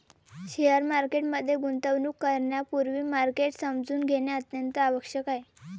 share market मध्ये गुंतवणूक करण्यापूर्वी मार्केट समजून घेणे अत्यंत आवश्यक आहे